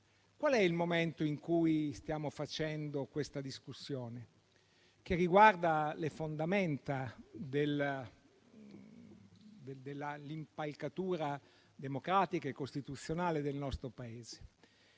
punto: quello in cui stiamo facendo questa discussione, che riguarda le fondamenta dell'impalcatura democratica e costituzionale del nostro Paese,